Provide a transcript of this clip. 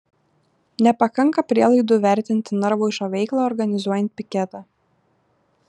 nepakanka prielaidų vertinti narvoišo veiklą organizuojant piketą